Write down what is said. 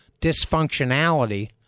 dysfunctionality